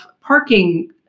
parking